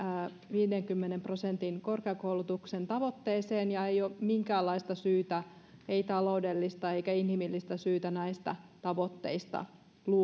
viidenkymmenen prosentin korkeakoulutuksen tavoitteeseen ja ei ole minkäänlaista syytä ei taloudellista eikä inhimillistä syytä näistä tavoitteista